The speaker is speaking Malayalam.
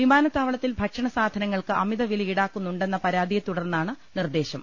വിമാ നത്താവളത്തിൽ ഭക്ഷണ സാധനങ്ങൾക്ക് അമിതവില ഈടാ ക്കുന്നുണ്ടെന്ന പരാതിയെത്തുടർന്നാണ് നിർദ്ദേശം